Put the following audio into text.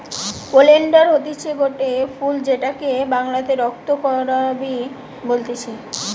oleander হতিছে গটে ফুল যেটাকে বাংলাতে রক্ত করাবি বলতিছে